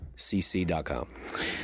cc.com